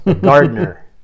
Gardener